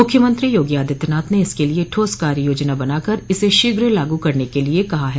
मूख्यमंत्री योगी आदित्यनाथ ने इसके लिये ठोस कार्य योजना बना कर इसे शीघ्र लागू करने के लिये कहा है